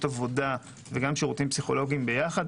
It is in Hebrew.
עבודה וגם של שירותים פסיכולוגיים ביחד.